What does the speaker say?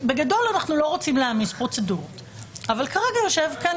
בגדול אנחנו לא רוצים להעמיס פרוצדורות אבל כרגע יושב בחדר